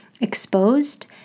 exposed